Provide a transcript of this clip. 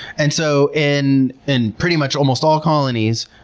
and so in in pretty much almost all colonies,